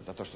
zato